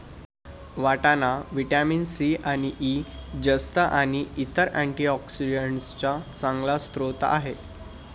वाटाणा vitamin C आणि E, जस्त आणि इतर अँटीऑक्सिडेंट्सचा चांगला स्रोत आहे